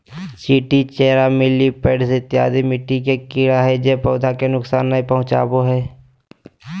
चींटी, चेरा, मिलिपैड्स इत्यादि मिट्टी के कीड़ा हय जे पौधा के नुकसान नय पहुंचाबो हय